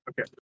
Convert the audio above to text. Okay